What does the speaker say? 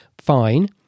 fine